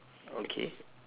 okay